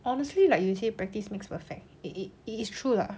honestly like you say practice makes perfect it it it's true lah